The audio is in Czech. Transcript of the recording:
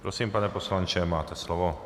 Prosím, pane poslanče, máte slovo.